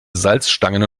salzstangen